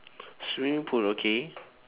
swimming pool okay